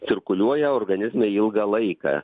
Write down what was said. cirkuliuoja organizme ilgą laiką